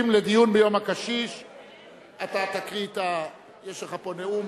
יש לך פה נאום